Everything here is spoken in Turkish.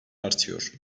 artıyor